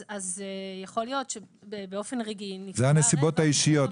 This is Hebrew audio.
יכול להיות שבאופן רגעי --- אלה הנסיבות האישיות.